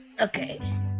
Okay